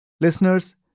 Listeners